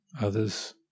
others